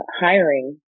hiring